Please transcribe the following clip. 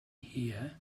here